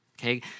okay